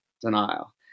denial